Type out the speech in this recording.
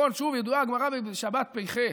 שוב, ידועה הגמרא בשבת פח,